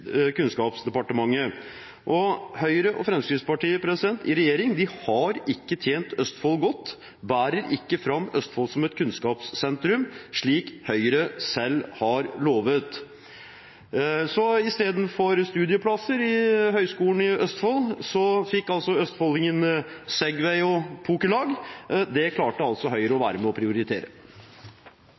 Kunnskapsdepartementet. Og Høyre og Fremskrittspartiet i regjering har ikke tjent Østfold godt, de bærer ikke fram Østfold som et kunnskapssentrum, slik Høyre selv har lovet. Istedenfor studieplasser ved Høgskolen i Østfold fikk altså østfoldingene segway og pokerlag – det klarte altså Høyre å være med å prioritere.